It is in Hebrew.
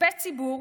כספי ציבור,